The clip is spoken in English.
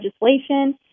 legislation